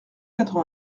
quatre